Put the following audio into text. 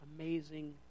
amazing